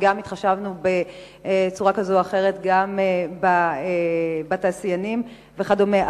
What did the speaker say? וגם התחשבנו בצורה כזאת או אחרת בתעשיינים וכדומה.